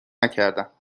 نکردم